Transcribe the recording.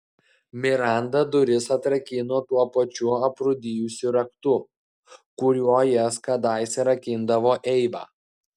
miranda duris atrakino tuo pačiu aprūdijusiu raktu kuriuo jas kadaise rakindavo eiva